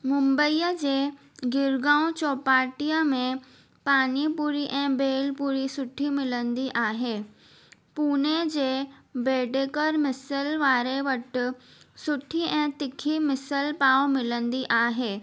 मुंबईअ जे गिरगांव चौपाटीअ में पानी पूरी ऐं भेल पूरी सुठी मिलंदी आहे पुणे जे बेडेकर मिसल वारे वटि सुठी ऐं तिखी मिसल पाव मिलंदी आहे